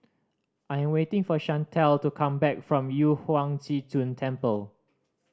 I am waiting for Chantelle to come back from Yu Huang Zhi Zun Temple